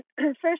First